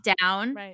down